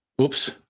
Oops